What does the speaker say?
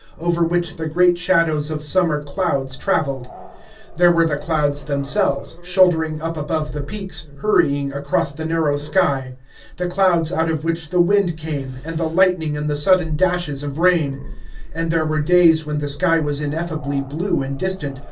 over which the great shadows of summer clouds traveled there were the clouds themselves, shouldering up above the peaks, hurrying across the narrow sky the clouds out of which the wind came, and the lightning and the sudden dashes of rain and there were days when the sky was ineffably blue and distant,